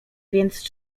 więc